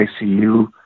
ICU